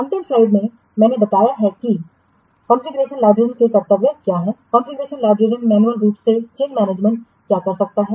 अंतिम स्लाइड में मैंने बताया है कि कॉन्फ़िगरेशन लाइब्रेरियन के कर्तव्य क्या हैं कॉन्फ़िगरेशन लाइब्रेरियन मैन्युअल रूप से चेंज मैनेजमेंट क्या कर सकता है